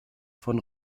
von